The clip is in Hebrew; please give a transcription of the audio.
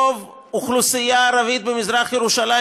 רוב האוכלוסייה הערבית במזרח ירושלים,